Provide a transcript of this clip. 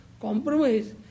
compromise